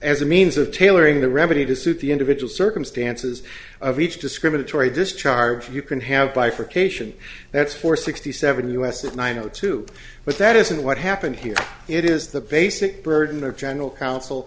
as a means of tailoring the remedy to suit the individual circumstances of each discriminatory discharge you can have bifurcation that's for sixty seven us at nine o two but that isn't what happened here it is the basic burden of general coun